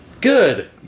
Good